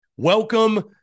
Welcome